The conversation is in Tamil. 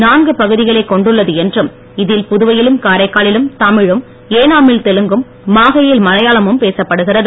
நான்கு பகுதிகளைக் கொண்டுள்ளது என்றும் இதில் புதுவையிலும் காரைக்காலிலும் தமிழும் ஏனாமில் தெலுங்கும் மாகேயில் மலையாளமு பேசப்படுகிறது